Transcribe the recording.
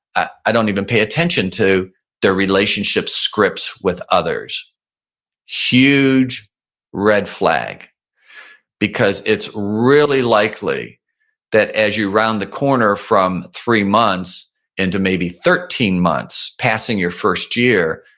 i don't even pay attention to their relationships scripts with others huge red flag because it's really likely that as you round the corner from three months into maybe thirteen months passing your first year,